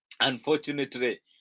Unfortunately